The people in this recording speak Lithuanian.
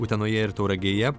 utenoje ir tauragėje